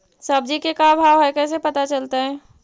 सब्जी के का भाव है कैसे पता चलतै?